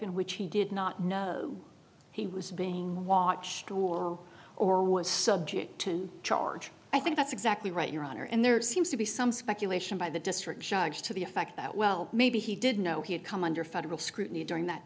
in which he did not know he was being watched or or was subject to charge i think that's exactly right your honor and there seems to be some speculation by the district judge to the effect that well maybe he did know he had come under federal scrutiny during that